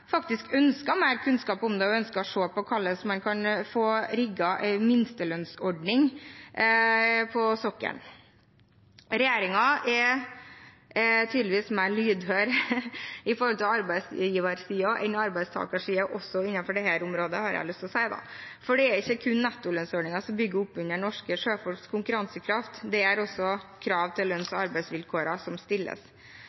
faktisk ønsker mer kunnskap om dette og ønsker å se på hvordan man kan få rigget en minstelønnsordning på sokkelen. Regjeringen er tydeligvis mer lydhør overfor arbeidsgiversiden enn arbeidstakersiden også på dette området, har jeg lyst til å si. Det er ikke kun nettolønnsordningen som bygger opp under norske sjøfolks konkurransekraft, det gjør også kravene til lønns-